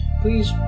please